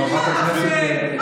חברת הכנסת גוטליב.